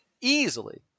easily